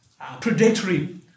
predatory